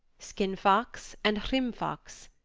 skinfaxe and hrimfaxe,